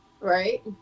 Right